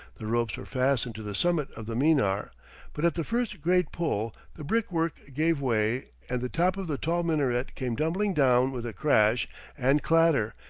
the ropes were fastened to the summit of the minar, but at the first great pull the brick-work gave way and the top of the tall minaret came tumbling down with a crash and clatter,